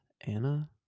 Anna